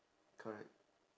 correct